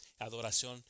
adoración